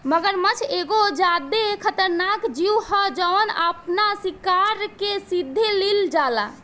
मगरमच्छ एगो ज्यादे खतरनाक जिऊ ह जवन आपना शिकार के सीधे लिल जाला